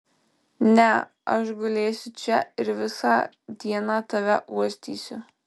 ne aš gulėsiu čia ir visą dieną tave uostysiu